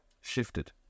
shifted